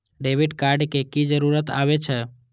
Debit card के की जरूर आवे छै?